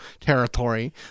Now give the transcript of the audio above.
territory